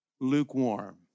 lukewarm